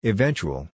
Eventual